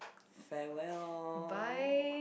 farewell